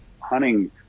hunting